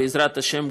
בעזרת השם,